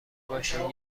باشه